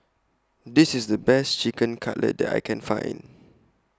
This IS The Best Chicken Cutlet that I Can Find